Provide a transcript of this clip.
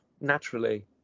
naturally